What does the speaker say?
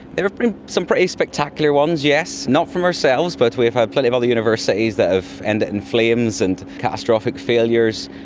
there have been some pretty spectacular ones, yes, not from ourselves but we have had plenty of other universities that have ended in flames and catastrophic failures.